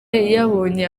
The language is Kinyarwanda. yabonye